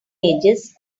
ages